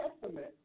Testament